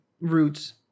roots